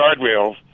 guardrails